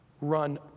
run